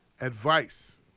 Advice